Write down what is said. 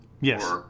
Yes